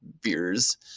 beers